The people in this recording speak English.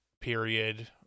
period